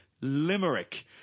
limerick